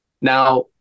Now